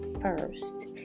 first